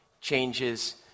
changes